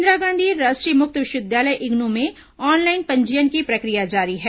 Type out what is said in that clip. इंदिरा गांधी राष्ट्रीय मुक्त विश्वविद्यालय इग्नू में ऑनलाइन पंजीयन की प्रक्रिया जारी है